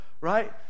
right